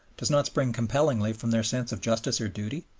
does not spring compellingly from their sense of justice or duty?